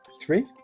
three